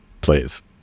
please